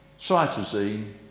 cytosine